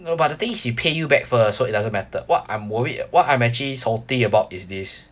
no but the thing is he pay you back first so it doesn't matter what I'm worried what I'm actually salty about is this